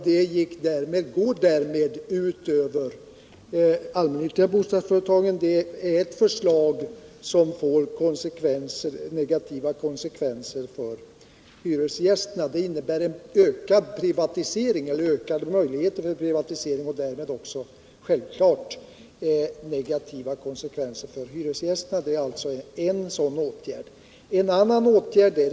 Detta går ut över de allmännyttiga bostadsföretagen och får negativa konsekvenser för hyresgästerna. Det innebär ökade möjligheter till privatisering och självklart därmed också negativa konsekvenser för hyresgästerna. Detta är alltså en sådan åtgärd som jag talade om i mitt tidigare inlägg.